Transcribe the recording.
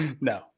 No